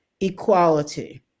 equality